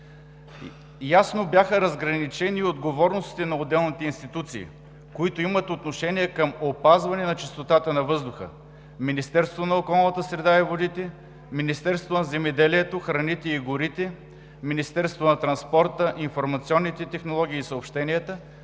Ясно бяха разграничени отговорностите на отделните институции, които имат отношение към опазване на чистотата на въздуха – Министерството на околната среда и водите, Министерството на земеделието, храните и горите, Министерството на транспорта, информационните технологии и съобщенията,